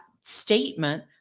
statement